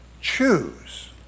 choose